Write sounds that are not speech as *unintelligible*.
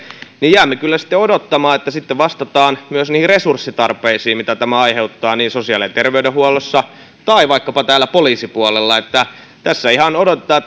jäämme kyllä odottamaan että sitten vastataan myös niihin resurssitarpeisiin mitä tämä aiheuttaa niin sosiaali ja terveydenhuollossa kuin vaikkapa poliisipuolella tässä ihan odotetaan *unintelligible*